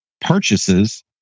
purchases